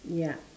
ya